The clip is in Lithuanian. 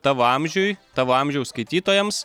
tavo amžiui tavo amžiaus skaitytojams